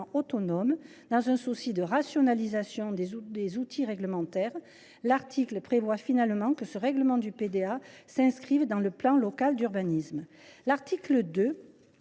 autonome, dans un souci de rationalisation des outils réglementaires ; finalement, il est prévu que le règlement du PDA s’inscrira dans le plan local d’urbanisme. L’article 2